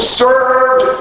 served